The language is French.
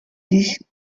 des